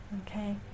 okay